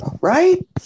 right